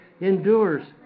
endures